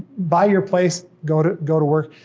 buy your place, go to go to work.